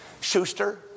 Schuster